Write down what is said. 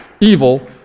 evil